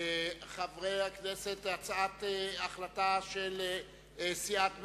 חברי הכנסת, הצעת החלטה של סיעת מרצ.